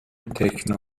تکنو